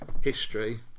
history